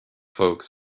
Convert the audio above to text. folks